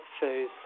phase